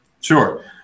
Sure